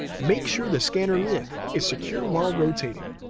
make sure the scanner lid is secure while rotating.